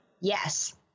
Yes